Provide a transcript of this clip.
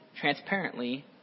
transparently